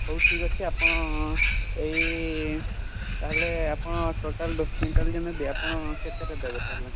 ହଉ ଠିକ୍ ଅଛି ଆପଣ ଏଇ ତା'ହେଲେ ଆପଣ ଟୋଟାଲ୍ ଦଶ କୁଇଣ୍ଟାଲ୍ ଯେଉଁ ନେବେ ଆପଣ କେତେରେ ଦେବେ ତା'ହେଲେ